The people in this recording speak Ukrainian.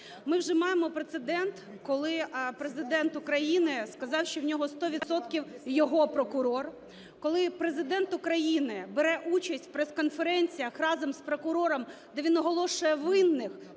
Ми вже маємо прецедент, коли Президент України сказав, що в нього сто відсотків його прокурор, коли Президент України бере участь в прес-конференціях разом з прокурором, де він оголошує винних,